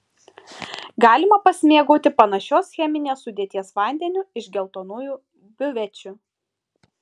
galima pasimėgauti panašios cheminės sudėties vandeniu iš geltonųjų biuvečių